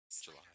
July